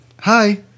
Hi